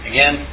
Again